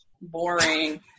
boring